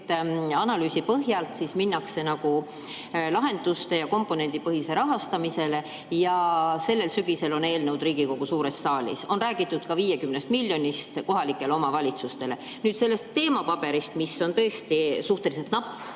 et analüüsi põhjal minnakse lahendustele ja komponendipõhisele rahastamisele ja sellel sügisel on eelnõud Riigikogu suures saalis. On räägitud 50 miljonist kohalikele omavalitsustele. Nüüd, sellest teemapaberist, mis on tõesti suhteliselt napp,